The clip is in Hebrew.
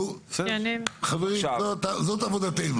חברים, זאת עבודתנו.